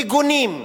מגונים,